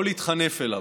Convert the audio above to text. לא להתחנף אליו,